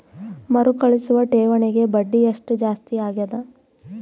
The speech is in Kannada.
ಮರುಕಳಿಸುವ ಠೇವಣಿಗೆ ಬಡ್ಡಿ ಎಷ್ಟ ಜಾಸ್ತಿ ಆಗೆದ?